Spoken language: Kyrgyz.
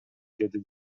деди